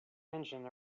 engine